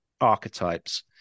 archetypes